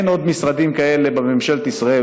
אין עוד משרדים כאלה בממשלת ישראל.